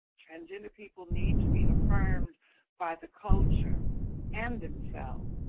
transgender people need to be affirmed by the culture and themselves.